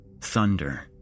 Thunder